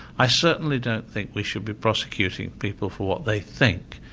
i certainly don't think we should be prosecuting people for what they think,